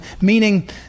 meaning